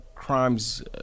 crimes